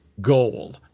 goal